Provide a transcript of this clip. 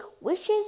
wishes